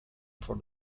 for